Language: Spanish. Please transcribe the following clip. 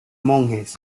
monjes